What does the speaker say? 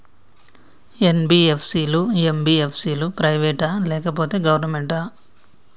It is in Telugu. ఎన్.బి.ఎఫ్.సి లు, ఎం.బి.ఎఫ్.సి లు ప్రైవేట్ ఆ లేకపోతే గవర్నమెంటా?